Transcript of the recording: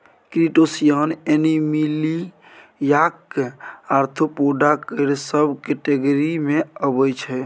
crustacean एनीमिलियाक arthropoda केर sub category मे अबै छै